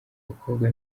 bakobwa